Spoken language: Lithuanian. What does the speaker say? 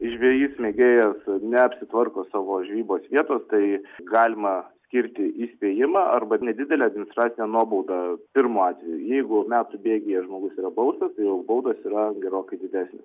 žvejys mėgėjas neapsitvarko savo žvejybos vietos tai galima skirti įspėjimą arba nedidelę administracinę nuobaudą pirmu atveju jeigu metų bėgyje žmogus yra baustas tai jau baudos yra gerokai didesnės